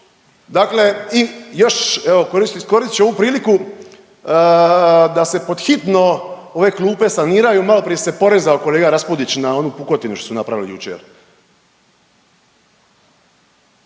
Dakle i još evo iskoristit ću ovu priliku da se pod hitno ove klupe saniraju, malo prije se porezao kolega Raspudić na onu pukotinu što su napravili jučer.